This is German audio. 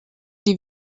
die